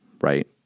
right